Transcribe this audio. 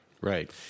Right